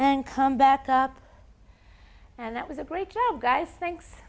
and come back up and that was a great job guys thanks